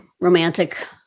romantic